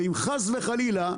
ואם חס וחלילה,